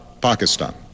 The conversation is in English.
Pakistan